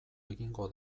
egingo